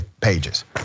pages